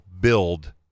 build